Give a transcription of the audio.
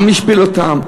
גם השפיל אותם,